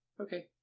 Okay